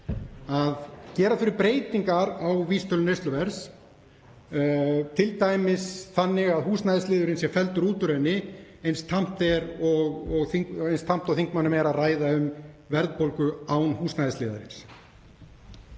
að gera þurfi breytingar á vísitölu neysluverðs, t.d. þannig að húsnæðisliðurinn sé felldur úr henni, eins tamt og þingmönnum er að ræða um verðbólgu án húsnæðisliðarins.